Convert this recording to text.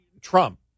Trump